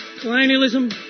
colonialism